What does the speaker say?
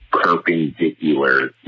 perpendicular